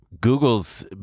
Google's